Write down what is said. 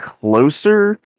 closer